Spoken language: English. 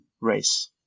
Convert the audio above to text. race